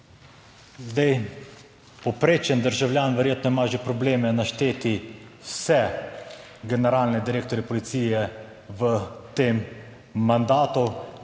Zdaj, povprečen državljan verjetno ima že probleme našteti vse generalne direktorje policije v tem mandatu,